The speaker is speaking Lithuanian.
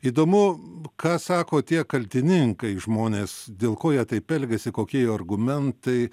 įdomu ką sako tie kaltininkai žmonės dėl ko jie taip elgiasi kokie jų argumentai